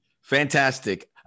Fantastic